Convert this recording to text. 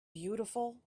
beautiful